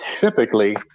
Typically